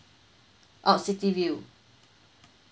oh city view